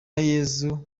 yezu